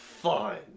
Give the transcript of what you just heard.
Fine